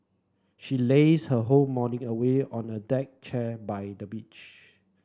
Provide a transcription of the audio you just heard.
she lazed her whole morning away on a deck chair by the beach